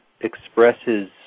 expresses